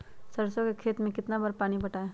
सरसों के खेत मे कितना बार पानी पटाये?